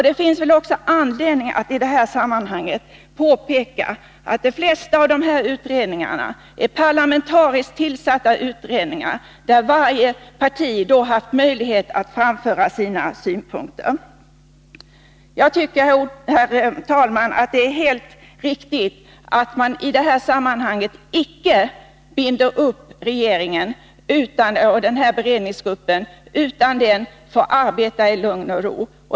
Det finns väl också anledning att i detta sammanhang påpeka att de flesta av dessa utredningar är parlamentariskt tillsatta utredningar, där varje parti har haft möjlighet att framföra sina synpunkter. Jag tycker, herr talman, att det är helt riktigt att man i detta sammanhang icke binder upp beredningsgruppen utan att den får arbeta i lugn och ro.